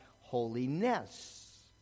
holiness